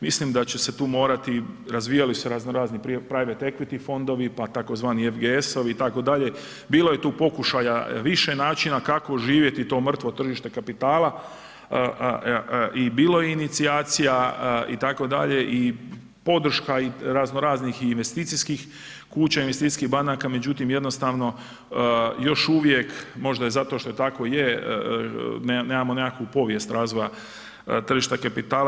Mislim da će se tu morati, razvijali su se raznorazni … fondovi, pa tzv. FGS-ovi itd. bilo je tu pokušaja više načina kako živjeti to mrtvo tržište kapitala i bilo je inicijacija itd. i podrška raznoraznih i investicijskih kuća, investicijskih banaka, međutim jednostavno još uvijek možda zato što tako je nemamo nekakvu povijest razvoja tržišta kapitala.